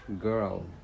girl